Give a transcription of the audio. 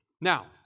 Now